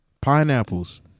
Pineapples